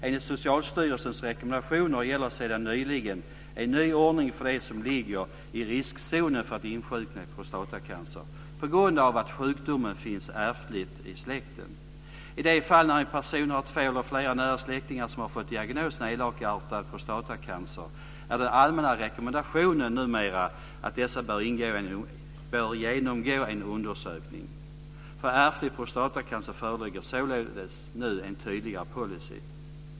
Enligt Socialstyrelsens rekommendationer gäller sedan nyligen en ny ordning för dem som ligger i riskzonen för att insjukna i prostatacancer på grund av att sjukdomen finns ärftligt i släkten. I de fall när en person har två eller flera nära släktingar som har fått diagnosen elakartad prostatacancer är den allmänna rekommendationen numera att dessa bör genomgå en undersökning. För ärftlig prostatacancer föreligger således nu en tydligare policy.